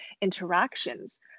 interactions